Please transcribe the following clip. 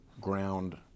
ground